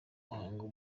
muhango